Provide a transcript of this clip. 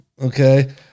Okay